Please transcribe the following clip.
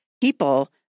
people